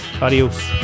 Adios